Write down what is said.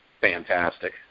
fantastic